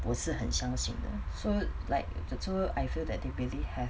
不是很相信人 so like the to I feel that they really have